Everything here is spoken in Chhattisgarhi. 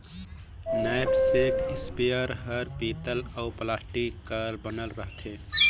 नैपसेक इस्पेयर हर पीतल अउ प्लास्टिक कर बनल रथे